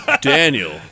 Daniel